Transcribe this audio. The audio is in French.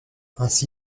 ainsi